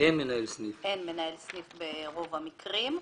שאין מנהל סניף ברוב המקרים.